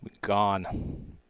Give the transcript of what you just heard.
gone